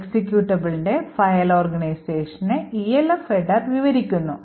എക്സിക്യൂട്ടബിളിന്റെ file ഓർഗനൈസേഷനെ ELF header വിവരിക്കുന്നു